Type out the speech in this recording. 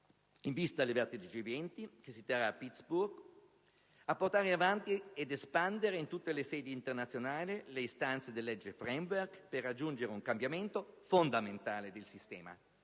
in vista del vertice del G20 che si verrà a Pittsburgh, a portare avanti ed espandere in tutte le sedi internazionali le istanze del Lecce *Framework* per raggiungere un cambiamento fondamentale del sistema